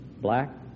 black